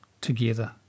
together